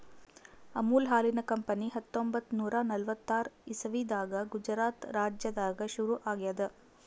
ಅಮುಲ್ ಹಾಲಿನ್ ಕಂಪನಿ ಹತ್ತೊಂಬತ್ತ್ ನೂರಾ ನಲ್ವತ್ತಾರ್ ಇಸವಿದಾಗ್ ಗುಜರಾತ್ ರಾಜ್ಯದಾಗ್ ಶುರು ಆಗ್ಯಾದ್